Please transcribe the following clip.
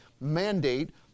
mandate